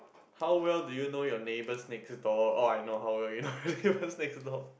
how well do you know your neighbours next door orh I know how well you know your neighbours next door